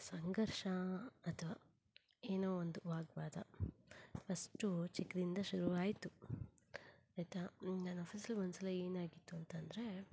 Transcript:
ಸಂಘರ್ಷ ಅಥವಾ ಏನೋ ಒಂದು ವಾಗ್ವಾದ ಫಸ್ಟು ಚಿಕ್ದಿಂದ ಶುರುವಾಯ್ತು ಆಯಿತಾ ನನ್ನ ಆಫೀಸಲ್ಲಿ ಒಂದ್ಸಲ ಏನಾಗಿತ್ತು ಅಂತಂದರೆ